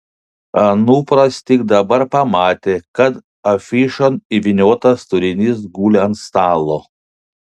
anupras tik dabar pamatė kad afišon įvyniotas turinys guli ant stalo